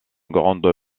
grande